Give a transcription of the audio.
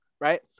right